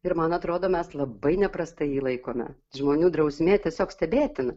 ir man atrodo mes labai neprastai jį laikome žmonių drausmė tiesiog stebėtina